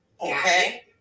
Okay